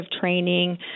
training